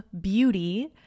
beauty